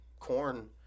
corn